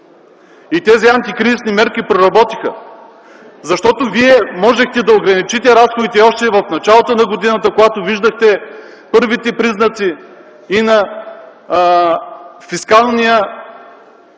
Тези антикризисни мерки проработиха, защото вие можехте да ограничите разходите още в началото на годината, когато виждахте първите признаци във фиска,